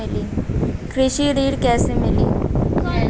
कृषि ऋण कैसे मिली?